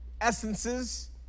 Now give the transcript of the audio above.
essences